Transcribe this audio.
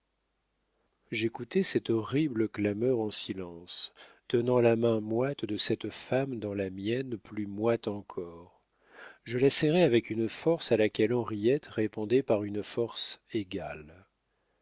j'écoutais cette horrible clameur en silence tenant la main moite de cette femme dans la mienne plus moite encore je la serrais avec une force à laquelle henriette répondait par une force égale